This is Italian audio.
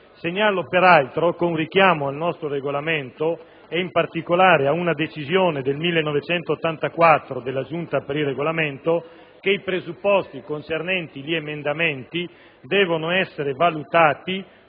Segnalo, peraltro, con richiamo al nostro Regolamento, in particolare ad una decisione del 1984 della Giunta per il Regolamento, che i presupposti concernenti gli emendamenti devono essere valutati